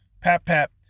pap-pap